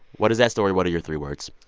what is that story? what are your three words?